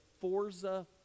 Forza